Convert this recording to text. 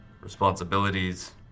responsibilities